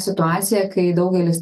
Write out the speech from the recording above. situaciją kai daugelis